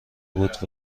بود